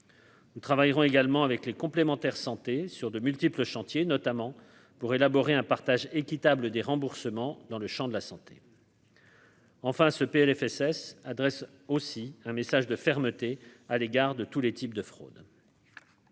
Nous travaillerons également avec les complémentaires santé sur de multiples chantiers notamment pour élaborer un partage équitable des remboursements dans le Champ de la santé. Enfin, ce Plfss adresse aussi un message de fermeté à l'égard de tous les types de fraudes.